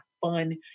fun